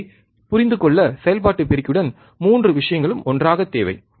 எனவே புரிந்துகொள்ளச் செயல்பாட்டு பெருக்கியுடன் 3 விஷயங்களும் ஒன்றாகத் தேவை